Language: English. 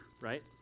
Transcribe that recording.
right